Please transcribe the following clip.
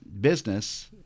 business